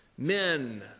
Men